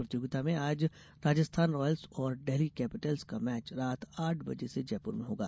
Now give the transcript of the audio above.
प्रतियोगिता में आज राजस्थान रॉयल्स और डेल्ही कैपिटल्स का मैच रात आठ बजे से जयपुर में होगा